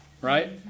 right